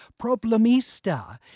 Problemista